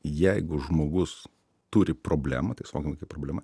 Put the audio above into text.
jeigu žmogus turi problemą tai suvokiama kaip problema